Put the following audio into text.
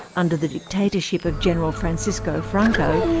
under the dictatorship of general francisco franco,